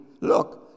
Look